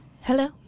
Hello